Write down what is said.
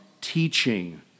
teaching